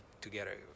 together